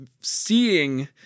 seeing